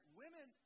women